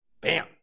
Bam